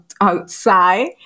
outside